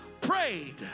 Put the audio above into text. prayed